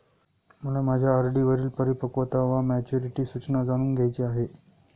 मला माझ्या आर.डी वरील परिपक्वता वा मॅच्युरिटी सूचना जाणून घ्यायची आहे